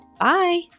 Bye